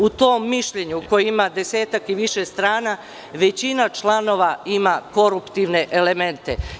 U tom mišljenju, koje ima desetak i više strana, većina članova ima koruptivne elemente.